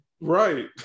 Right